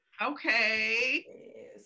Okay